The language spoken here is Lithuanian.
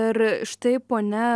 ir štai ponia